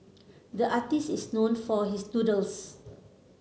the artist is known for his doodles